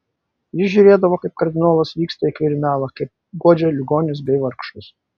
jis žiūrėdavo kaip kardinolas vyksta į kvirinalą kaip guodžia ligonius bei vargšus